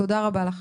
תודה רבה לך.